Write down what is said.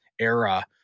era